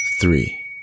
three